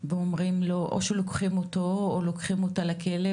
או שלוקחים אותו או שלוקחים אותה לכלא,